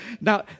Now